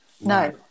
No